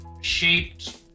shaped